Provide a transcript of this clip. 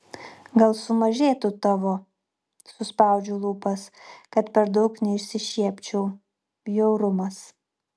gal sumažėtų tavo suspaudžiu lūpas kad per daug neišsišiepčiau bjaurumas